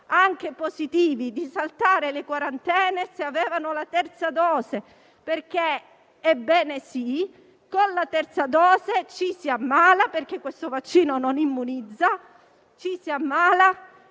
anche positivo di saltare le quarantene se aveva la terza dose, perché - ebbene sì - con la terza dose ci si ammala - perché questo vaccino non immunizza - e si muore